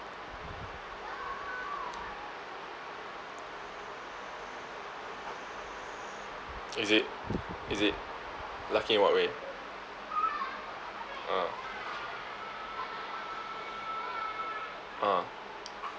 is it is it lucky in what way uh uh